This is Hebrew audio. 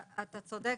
אתה צודק.